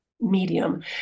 medium